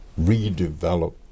redevelop